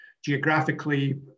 geographically